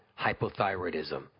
hypothyroidism